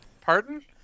Pardon